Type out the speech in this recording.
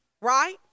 right